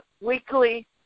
weekly